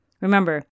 Remember